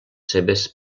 seves